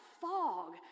fog